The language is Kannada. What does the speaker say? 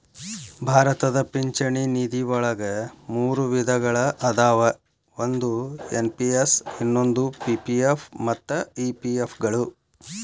ಭಾರತದ ಪಿಂಚಣಿ ನಿಧಿವಳಗ ಮೂರು ವಿಧಗಳ ಅದಾವ ಒಂದು ಎನ್.ಪಿ.ಎಸ್ ಇನ್ನೊಂದು ಪಿ.ಪಿ.ಎಫ್ ಮತ್ತ ಇ.ಪಿ.ಎಫ್ ಗಳು